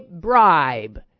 bribe